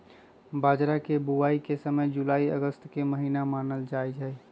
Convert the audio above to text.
बाजरा के बुवाई के समय जुलाई अगस्त के महीना मानल जाहई